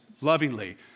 lovingly